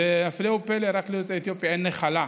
והפלא ופלא, רק ליוצאי אתיופיה אין נחלה.